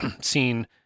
seen